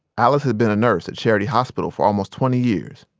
alice had been a nurse at charity hospital for almost twenty years.